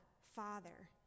Father